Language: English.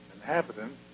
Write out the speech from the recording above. inhabitants